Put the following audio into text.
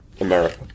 America